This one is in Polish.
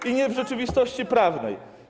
I nie w rzeczywistości prawnej.